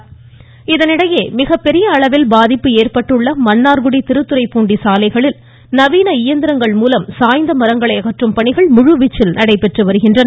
voice மிகப்பெரிய அளவில் பாதிப்பு ஏற்பட்டுள்ள மன்னார்குடி திருத்துறைப்பூண்டி சாலைகளில் நவீன இயந்திரங்கள்மூலம் சாய்ந்த மரங்களை அகற்றும் பணிகள் முழுவீச்சில் நடைபெற்று வருகின்றன